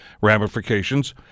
ramifications